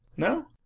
no?